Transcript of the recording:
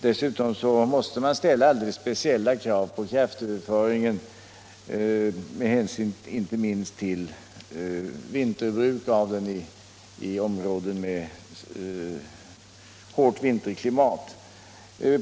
Dessutom måste speciella krav ställas på kraftöverföringen, inte minst med hänsyn till vinterbruk av vagnen i områden med hårt vinterklimat.